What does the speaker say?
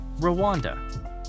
Rwanda